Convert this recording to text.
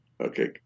okay